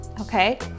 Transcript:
okay